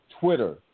Twitter